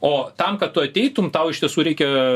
o tam kad tu ateitum tau iš tiesų reikia